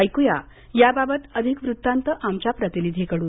ऐक्या याबाबत अधिक वृत्तांत आमच्या प्रतिनिधींकडून